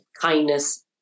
kindness